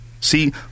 See